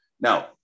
now